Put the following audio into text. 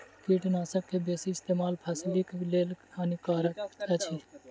कीटनाशक के बेसी इस्तेमाल फसिलक लेल हानिकारक अछि